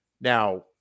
now